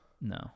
No